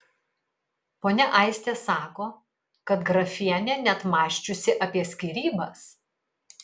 ponia aistė sako kad grafienė net mąsčiusi apie skyrybas